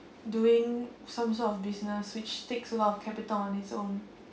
doing some sort of business which takes a lot of capital on its own